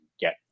get